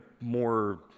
more